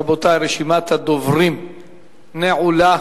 רבותי, רשימת הדוברים נעולה.